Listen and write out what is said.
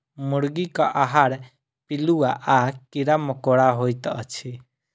मुर्गीक आहार पिलुआ आ कीड़ा मकोड़ा होइत अछि